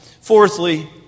Fourthly